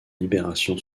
libération